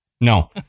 No